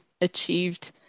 achieved